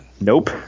Nope